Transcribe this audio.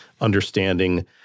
understanding